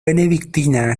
benedictina